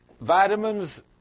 vitamins